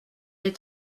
est